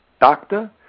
Doctor